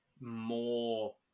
more